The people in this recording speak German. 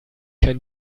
kein